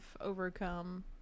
overcome